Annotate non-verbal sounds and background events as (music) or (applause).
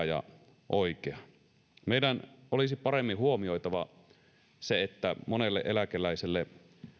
(unintelligible) ja oikea meidän olisi paremmin huomioitava se että monelle eläkeläiselle